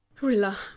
Rilla